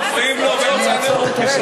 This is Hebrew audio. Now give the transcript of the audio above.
הם מפריעים לו באמצע הנאום.